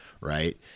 right